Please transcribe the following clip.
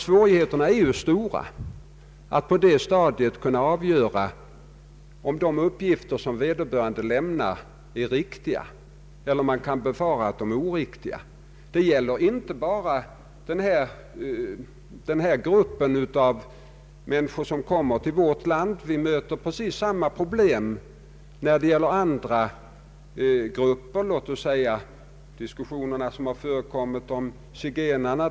Svårigheterna är därtill stora att på det stadiet kunna avgöra, om de uppgifter vederbörande lämnar är riktiga eller om det kan befaras att de är oriktiga. Detta gäller inte bara den här gruppen av människor som kommer till vårt land. Vi möter precis samma problem när det gäller andra grupper. Jag kan erinra om de diskussioner som förekommit om zigenarna.